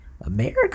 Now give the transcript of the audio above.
America